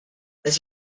this